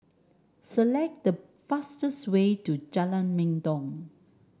select the fastest way to Jalan Mendong